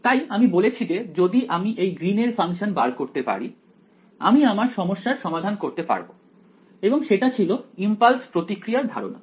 তাই আমি বলেছি যে যদি আমি এই গ্রীন এর ফাংশন বার করতে পারি আমি আমার সমস্যার সমাধান করতে পারব এবং সেটা ছিল ইমপালস প্রতিক্রিয়ার ধারণা